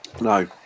no